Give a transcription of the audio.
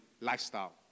lifestyle